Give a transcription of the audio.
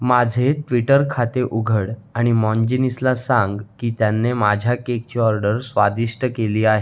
माझे ट्विटर खाते उघड आणि मॉन्जिनीसला सांग की त्यांनी माझ्या केकची ऑर्डर स्वादिष्ट केली आहे